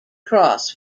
cross